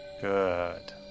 good